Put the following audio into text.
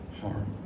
harm